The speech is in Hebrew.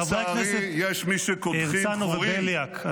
חברי הכנסת הרצנו ובליאק,